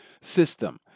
system